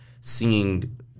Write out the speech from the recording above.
seeing